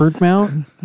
mount